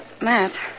Matt